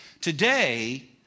Today